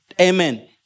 Amen